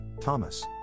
Thomas